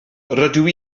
rydw